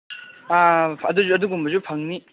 ꯑꯗꯨꯁꯨ ꯑꯗꯨꯒꯨꯝꯕꯁꯨ ꯐꯪꯅꯤ